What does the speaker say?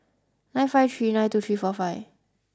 nine five three nine two three four five